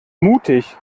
mutig